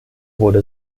wurde